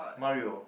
Mario